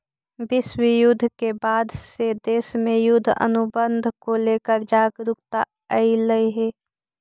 विश्व युद्ध के बाद से देश में युद्ध अनुबंध को लेकर जागरूकता अइलइ हे